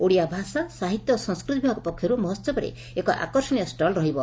ଓଡ଼ିଆ ଭାଷା ସାହିତ୍ୟ ଓ ସଂସ୍କୃତି ବିଭାଗ ପକ୍ଷର୍ ମହୋହବରେ ଏକ ଆକର୍ଷଣୀୟ ଷଲ ରହିବ